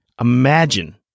Imagine